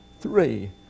Three